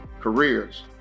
careers